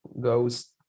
goes